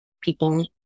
people